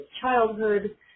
childhood